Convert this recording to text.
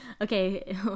okay